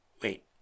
Wait